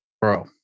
bro